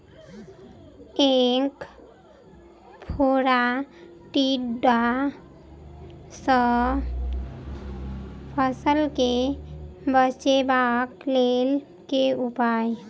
ऐंख फोड़ा टिड्डा सँ फसल केँ बचेबाक लेल केँ उपाय?